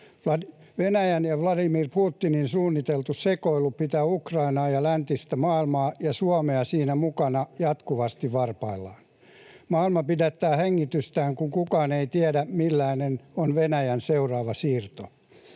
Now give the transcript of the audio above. Venäjän ja Vladimir Putinin suunniteltu sekoilu pitää Ukrainaa ja läntistä maailmaa — ja Suomea siinä mukana — jatkuvasti varpaillaan. Maailma pidättää hengitystään, kun kukaan ei tiedä, millainen on Venäjän seuraava siirto.